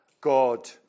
God